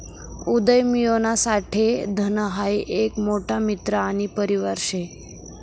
उदयमियोना साठे धन हाई एक मोठा मित्र आणि परिवार शे